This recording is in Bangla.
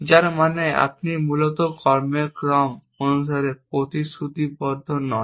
যার মানে আপনি মূলত কর্মের ক্রম অনুসারে প্রতিশ্রুতিবদ্ধ নন